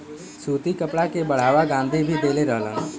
सूती कपड़ा के बढ़ावा गाँधी भी देले रहलन